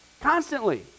Constantly